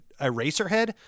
Eraserhead